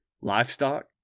livestock